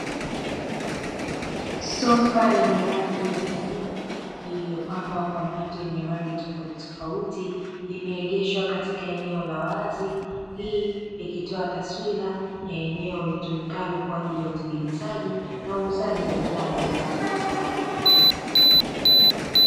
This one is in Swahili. Sofa lenye rangi ya kijivu, lililopambwa kwa mito yenye rangi tofautitofauti, limeegeshwa katika eneo la wazi. Hii ikitoa taswira ya eneo litumikalo kwa ajili ya utengenezaji na uuzaji wa bidhaa mbalimbali za samani.